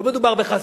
שתי